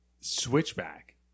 Switchback